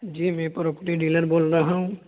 جی میں property dealer بول رہا ہوں